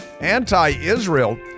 anti-Israel